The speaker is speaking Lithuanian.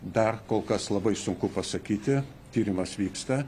dar kol kas labai sunku pasakyti tyrimas vyksta